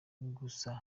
gusa